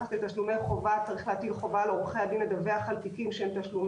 אנחנו לא באים להתייחס למי שדווקא לא מתחשק לו לשלם,